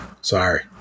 Sorry